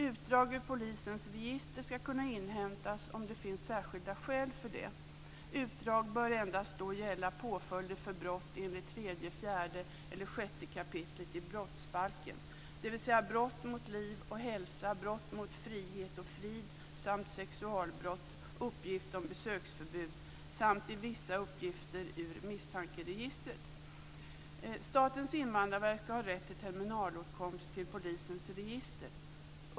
Utdrag ur polisens register ska kunna inhämtas om det finns särskilda skäl för det. Utdrag bör endast gälla påföljder för brott enligt 3, 4 eller 6 kap. i brottsbalken, dvs. brott mot liv och hälsa, brott mot frihet och frid samt sexualbrott, uppgift om besöksförbud samt i vissa fall uppgifter ur misstankeregistret. Statens invandrarverk ska ha rätt till terminalåtkomst till polisens register.